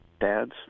dads